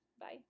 Bye